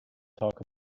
talk